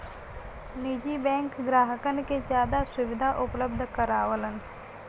निजी बैंक ग्राहकन के जादा सुविधा उपलब्ध करावलन